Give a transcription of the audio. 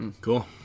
Cool